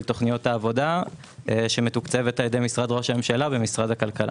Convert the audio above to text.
תוכניות העבודה שמתוקצבת על ידי משרד ראש הממשלה ומשרד הכלכלה.